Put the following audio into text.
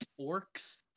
orcs